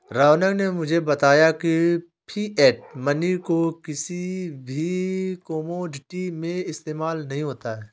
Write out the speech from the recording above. रौनक ने मुझे बताया की फिएट मनी को किसी भी कोमोडिटी में इस्तेमाल नहीं होता है